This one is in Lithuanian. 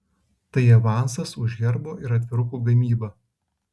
tai avansas už herbo ir atvirukų gamybą